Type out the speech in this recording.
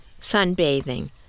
Sunbathing